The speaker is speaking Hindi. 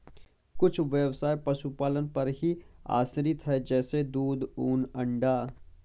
कुछ ब्यवसाय पशुपालन पर ही आश्रित है जैसे दूध, ऊन, अंडा